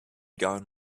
gone